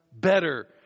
better